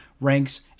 ranks